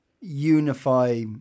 unify